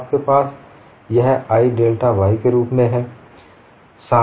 तो आपके पास यह i डेल्टा y के रूप में है